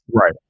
Right